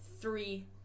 three